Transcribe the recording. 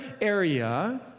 area